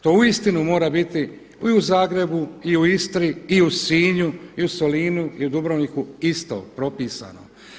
To uistinu mora biti i u Zagrebu, i u Istri, i u Sinju, i u Solinu, i u Dubrovniku isto propisano.